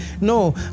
No